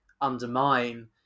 undermine